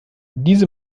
diese